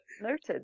noted